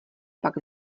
pak